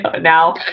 now